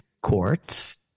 courts